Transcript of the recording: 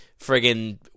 friggin